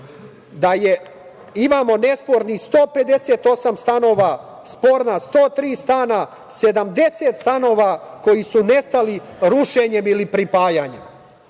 da imamo nespornih 158 stanova, sporna 103, 70 stanova koji su nestali rušenjem ili pripajanjem.